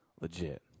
legit